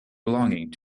belonging